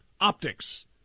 optics